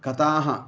कथाः